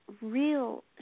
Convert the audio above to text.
real